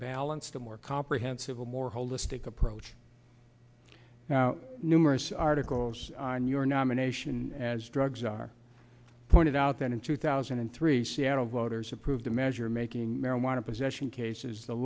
balanced a more comprehensive a more holistic approach now numerous articles on your nomination as drugs are pointed out that in two thousand and three seattle voters approved a measure making marijuana possession cases the